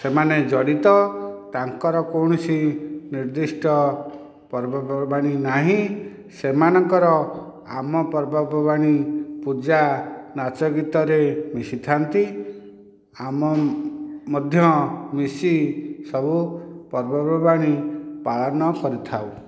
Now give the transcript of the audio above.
ସେମାନେ ଜଡ଼ିତ ତାଙ୍କର କୌଣସି ନିର୍ଦ୍ଧିଷ୍ଟ ପର୍ବପର୍ବାଣୀ ନାହିଁ ସେମାନଙ୍କର ଆମ ପର୍ବପର୍ବାଣୀ ପୂଜା ନାଚଗୀତରେ ମିଶିଥାନ୍ତି ଆମେ ମଧ୍ୟ ମିଶି ସବୁ ପର୍ବପର୍ବାଣୀ ପାଳନ କରିଥାଉ